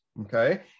Okay